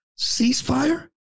ceasefire